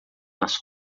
nas